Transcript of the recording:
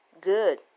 good